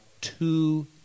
two